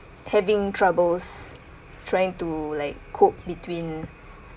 having troubles trying to like cope between